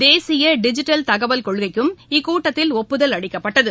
தேசிய டிஜிட்டல் தகவல் கொள்கைக்கும் இக்கூட்டத்தில் ஒப்புதல் அளிக்கப்பட்டது